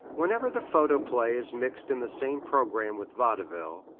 whenever the photoplay is mixed in the same programme with vaudeville,